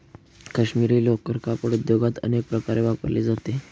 काश्मिरी लोकर कापड उद्योगात अनेक प्रकारे वापरली जाते